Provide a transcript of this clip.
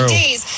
days